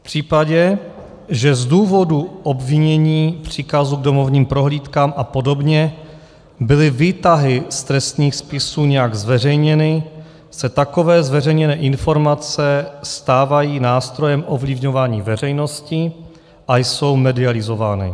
V případě, že z důvodu obvinění, příkazů k domovním prohlídkám a podobně byly výtahy z trestních spisů nějak zveřejněny, se takové zveřejněné informace stávají nástrojem ovlivňování veřejnosti a jsou medializovány.